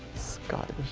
scottish!